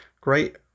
great